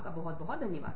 धन्यवाद दोस्तों